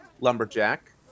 lumberjack